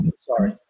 sorry